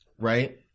right